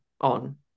on